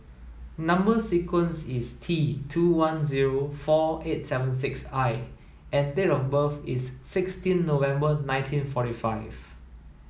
number sequence is T two one zero four eight seven six I and date of birth is sixteen November nineteen forty five